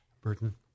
Burton